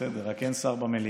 בסדר, רק אין שר במליאה.